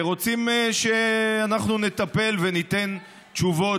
רוצים שאנחנו נטפל וניתן תשובות,